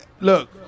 Look